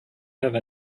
have